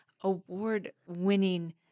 award-winning